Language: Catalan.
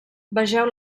vegeu